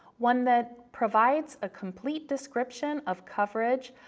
one that provides a complete description of coverage,